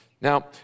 Now